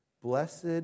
Blessed